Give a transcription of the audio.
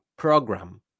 program